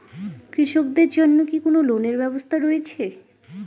কৃষকদের জন্য কি কি লোনের ব্যবস্থা রয়েছে?